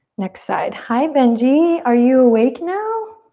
next side. hi benji! are you awake now?